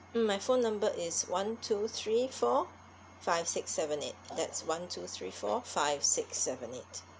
mm my phone number is one two three four five six seven eight that's one two three four five six seven eight